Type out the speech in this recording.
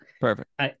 Perfect